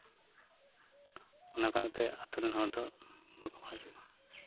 ᱚᱱᱟ ᱠᱟᱨᱚᱱᱟᱜ ᱛᱮ ᱟᱛᱳ ᱨᱮᱱ ᱦᱚᱲ ᱫᱚ ᱵᱟᱠᱚ ᱢᱚᱡᱚᱜᱼᱟ